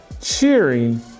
cheering